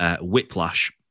Whiplash